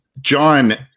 John